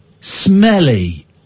Smelly